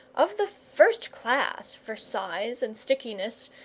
of the first class for size and stickiness,